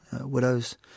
widows